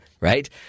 right